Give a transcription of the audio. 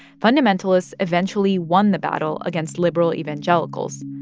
fundamentalists eventually won the battle against liberal evangelicals.